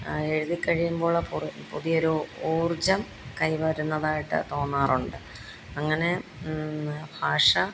എഴുതിക്കഴിയുമ്പോൾ പുതിയൊരു ഊർജ്ജം കൈവരുന്നതായിട്ട് തോന്നാറുണ്ട് അങ്ങനെ ഭാഷ